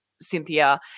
Cynthia